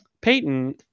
Peyton